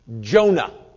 Jonah